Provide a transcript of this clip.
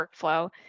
workflow